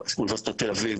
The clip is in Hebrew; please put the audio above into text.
אוניברסיטת תל אביב,